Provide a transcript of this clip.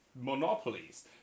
monopolies